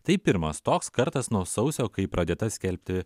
tai pirmas toks kartas nuo sausio kai pradėta skelbti